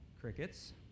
crickets